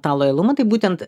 tą lojalumą taip būtent